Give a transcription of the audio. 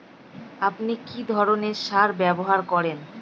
আপনি কী ধরনের সার ব্যবহার করেন?